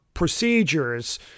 procedures